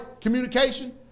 communication